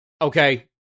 Okay